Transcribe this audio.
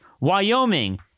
Wyoming